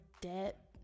debt